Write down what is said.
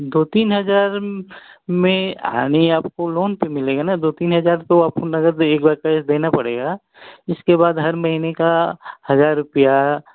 दो तीन हज़ार में आने आपको लोन पर मिलेगा न दो तीन हज़ार तो आपको नगद एक बार कैस देना पड़ेगा उसके बाद हर महीने का हज़ार रुपिया